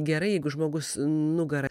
gerai jeigu žmogus nugara